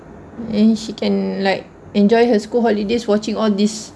and she can like enjoy her school holidays watching all these